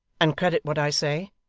and credit what i say.